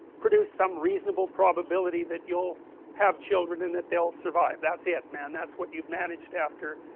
produce some reasonable probability that you'll have children and that they will survive, that's it, man, that's what you have managed after